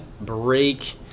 break